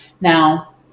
Now